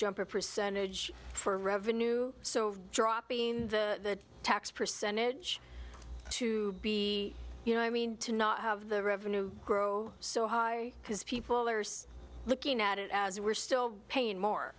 jump or percentage for revenue so dropping the tax percentage to be you know i mean to not have the revenue grow so high because people are still looking at it as we're still paying